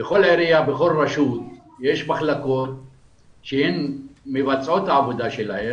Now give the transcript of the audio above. בכל עירייה ובכל רשות יש מחלקות שמבצעות את עבודתן